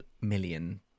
million